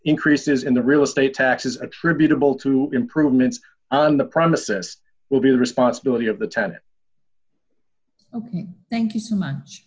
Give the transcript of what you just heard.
increases in the real estate taxes attributable to improvements on the premises will be the responsibility of the temple thank you so much